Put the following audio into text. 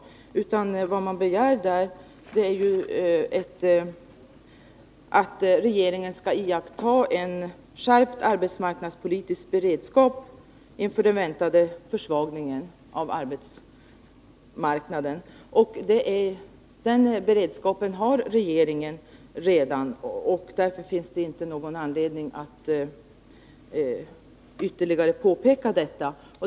Vad man begär i den är att regeringen skall iaktta en skärpt arbetsmarknadspolitisk beredskap inför den väntade försvagningen av arbetsmarknaden. Men den beredskapen har redan regeringen, varför det inte finns anledning att ytterligare påpeka det.